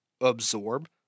absorb